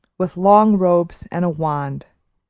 with long robes and a wand.